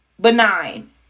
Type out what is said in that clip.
benign